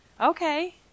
Okay